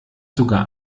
sogar